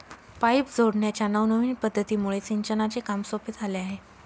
pipe जोडण्याच्या नवनविन पध्दतीमुळे सिंचनाचे काम सोपे झाले आहे